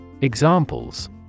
Examples